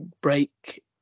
break